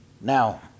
Now